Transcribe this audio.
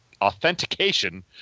authentication